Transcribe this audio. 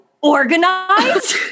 organized